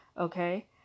Okay